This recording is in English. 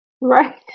Right